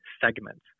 segments